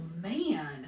man